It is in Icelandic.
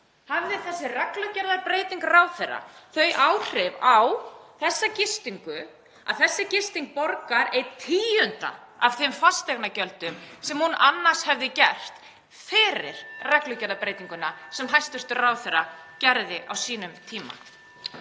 hafði þessi reglugerðarbreyting ráðherra þau áhrif á þessa gistingu að hún borgar einn tíunda af þeim fasteignagjöldum sem hún annars hefði gert (Forseti hringir.) fyrir reglugerðarbreytinguna sem hæstv. ráðherra gerði á sínum tíma.